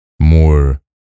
more